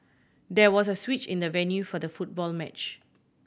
there was a switch in the venue for the football match